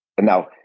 Now